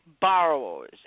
borrowers